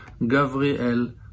Gavriel